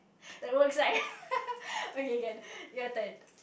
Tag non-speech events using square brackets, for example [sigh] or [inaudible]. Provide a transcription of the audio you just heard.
that works right [laughs] okay can your turn